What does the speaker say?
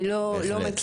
אני לא מכיר.